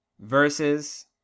versus